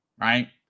right